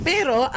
Pero